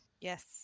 Yes